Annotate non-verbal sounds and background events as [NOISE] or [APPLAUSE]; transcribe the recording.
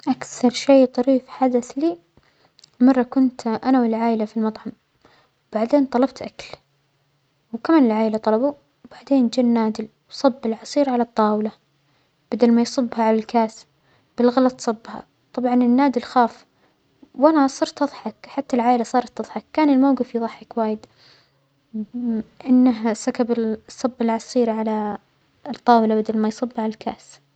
أكثر شيء طريف حدث لى، مرة كنت أنا والعائلة في المطعم، بعدين طلبت أكل، وكمان العائلة طلبوا، بعدين جه النادل وصب العصير على الطاولة بدل ما يصبها على الكاس، بالغلط صبها، طبعا النادل خاف وأنا صرت أضحك حتى العائلة صارت تضحك، كان الموجف يضحك وايد [HESITATION] أنه سكب ال-صب العصير على الطاولة بدل ما يصبها على الكأس.